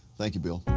thank you bill.